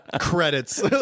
Credits